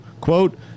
quote